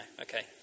okay